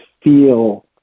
feel